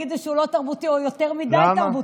יגידו שהוא לא תרבותי או יותר מדי תרבותי.